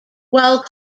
while